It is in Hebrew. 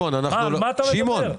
על מה אתה מדבר?